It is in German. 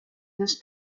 des